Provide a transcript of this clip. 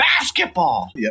basketball